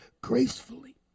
gracefully